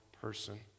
person